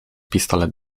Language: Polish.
pistolet